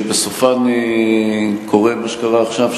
שבסופן קורה מה שקרה עכשיו,